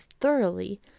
thoroughly